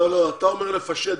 אתה אומר לפשט.